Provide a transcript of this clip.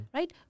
Right